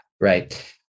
Right